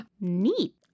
Neat